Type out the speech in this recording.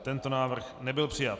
Tento návrh nebyl přijat.